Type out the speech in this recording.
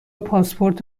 پاسپورت